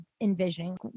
envisioning